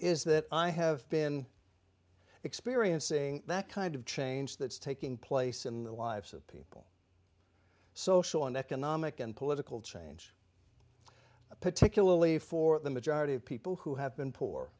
is that i have been experiencing that kind of change that's taking place in the lives of people social and economic and political change particularly for the majority of people who have been poor